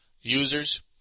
users